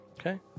Okay